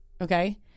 okay